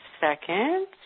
second